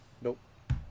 Nope